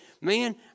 Man